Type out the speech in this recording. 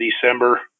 December